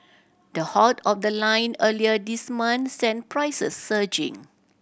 the halt of the line earlier this month sent prices surging